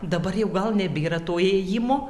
dabar jau gal nebėra to ėjimo